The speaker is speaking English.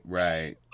right